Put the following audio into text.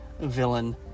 villain